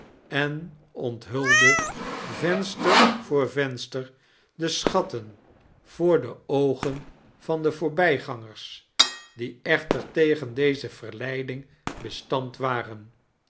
en onthulde venster voor venster de scbatten voor de oogen van de voorbijgangers die echter tegen deze verleiding bestand waren